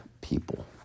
people